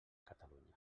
catalunya